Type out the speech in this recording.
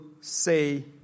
say